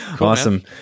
Awesome